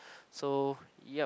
so yup